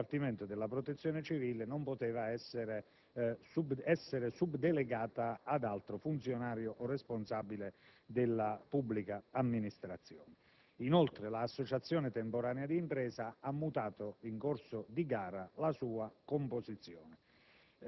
del Dipartimento della protezione civile, non poteva essere subdelegata ad altro funzionario o responsabile della pubblica amministrazione. L'associazione temporanea di impresa ha inoltre mutato in corso di gara la sua composizione.